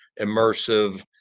immersive